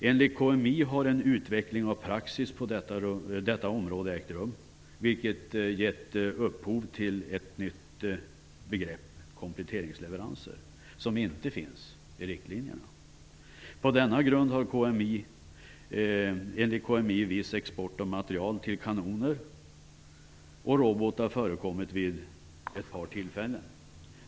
Enligt KMI har en utveckling av praxis på detta område ägt rum, vilket gett upphov till ett nytt begrepp, kompletteringsleveranser, som inte finns med i riktlinjerna. På denna grund har enligt KMI viss export av material till kanoner och robotar förekommit vid ett par tillfällen.